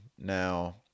now